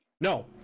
no